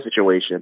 situation